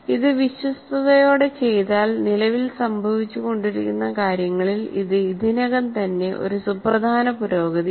ഇത് വിശ്വസ്തതയോടെ ചെയ്താൽ നിലവിൽ സംഭവിച്ചുകൊണ്ടിരിക്കുന്ന കാര്യങ്ങളിൽ ഇത് ഇതിനകം തന്നെ ഒരു സുപ്രധാന പുരോഗതിയാണ്